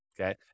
okay